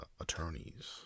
attorneys